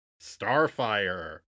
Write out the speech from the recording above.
Starfire